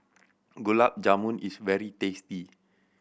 Gulab Jamun is very tasty